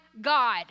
God